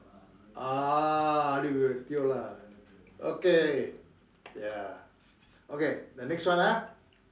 ah tio lah okay ya okay the next one ah